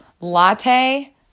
latte